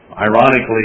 Ironically